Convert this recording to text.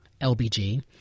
LBG